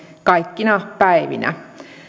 kaikkina päivinä